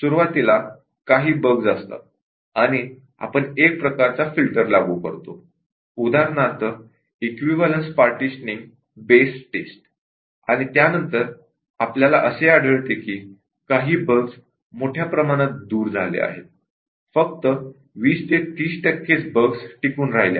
सुरुवातीला काही बग्स असतात आणि आपण एक प्रकारचा फिल्टर लागू करतो उदाहरणार्थ इक्विवलेन्स पार्टीशनिंग बेस् टेस्ट आणि त्यानंतर आपल्याला असे आढळते की काही बग्स मोठ्या प्रमाणात दूर झाल्या आहेत फक्त २० 30 टक्केच बग्स टिकून राहिल्या आहेत